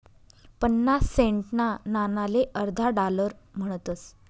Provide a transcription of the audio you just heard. पन्नास सेंटना नाणाले अर्धा डालर म्हणतस